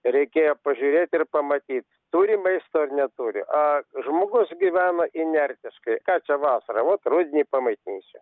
reikėjo pažiūrėt ir pamatyt turi maisto ar neturi a žmogus gyvena inertiškai ką čia vasarą vo rudenį pamaitinsiu